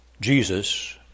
Jesus